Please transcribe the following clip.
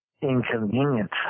inconvenient